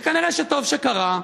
שכנראה שטוב שקרה,